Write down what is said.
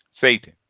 Satan